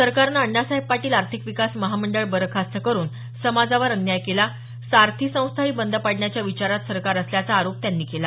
सरकारनं अण्णासाहेब पाटील आर्थिक विकास महामंडळ बरखास्त करुन समाजावर अन्याय केला आहे सारथी संस्था ही बंद पाडण्याच्या विचारात सरकार असल्याचा आरोप त्यांनी केला